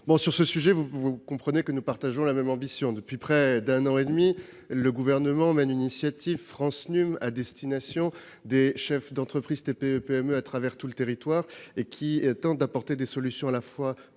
Sur ce sujet, vous comprenez que nous partageons la même ambition. Depuis près d'un an et demi, le Gouvernement mène l'initiative France Num à destination des chefs de petite et de moyenne entreprise à travers tout le territoire. Le but est d'apporter des solutions à la fois